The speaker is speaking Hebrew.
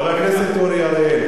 חבר הכנסת אורי אריאל,